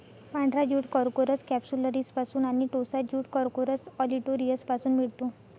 पांढरा jute Corchorus कॅप्सुलरिसपासून आणि टोसा ज्यूट कॉर्कोरस ऑलिटोरियसपासून मिळतो